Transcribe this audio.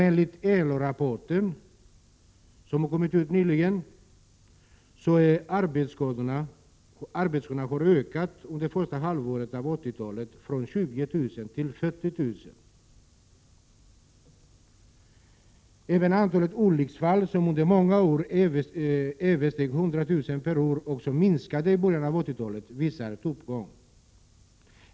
Enligt en LO-rapport, som nyligen kommit, har arbetsskadorna ökat under den första hälften av 1980-talet från 20 000 till 40 000. Även antalet olycksfall — som under många år översteg 100 000 per år men som minskade i början av 1980-talet — visar en uppgång.